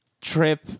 Trip